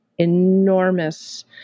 enormous